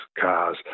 cars